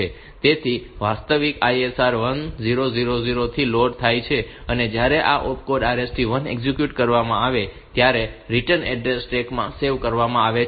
તેથી વાસ્તવિક ISR 1000 થી લોડ થાય છે અને જ્યારે આ ઓપકોડ RST 1 એક્ઝિક્યુટ કરવામાં આવે છે ત્યારે રિટર્ન એડ્રેસ સ્ટેક માં સેવ કરવામાં આવે છે